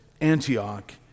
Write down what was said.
Antioch